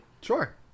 Sure